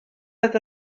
oedd